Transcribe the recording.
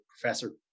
professor